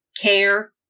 care